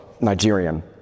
Nigerian